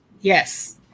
Yes